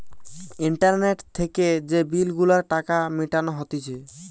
internet থেকে যে bill গুলার টাকা মিটানো হতিছে